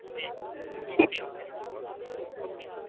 ਜੀ okay okay sir okay